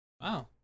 Wow